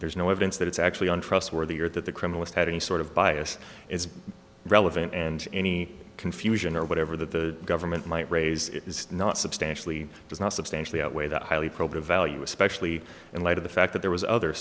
there's no evidence that it's actually untrustworthy or that the criminalist had any sort of bias is relevant and any confusion or whatever that the government might raise it is not substantially does not substantially outweigh that highly probative value especially in light of the fact that there was other